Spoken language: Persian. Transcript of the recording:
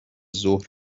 ظهر